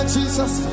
Jesus